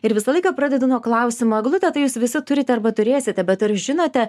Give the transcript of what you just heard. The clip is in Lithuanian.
ir visą laiką pradedu nuo klausimo eglutę tai jūs visi turite arba turėsite bet ar žinote